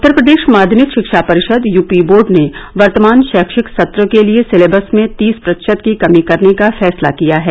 उत्तर प्रदेश माध्यमिक शिक्षा परिषद यूपी बोर्ड ने वर्तमान शैक्षिक सत्र के लिए सिलेबस में तीस प्रतिशत की कमी करने का फैसला किया है